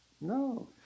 No